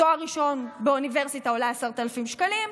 תואר ראשון באוניברסיטה עולה 10,000 שקלים,